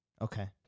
Okay